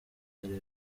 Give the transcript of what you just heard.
abari